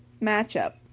matchup